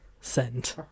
Send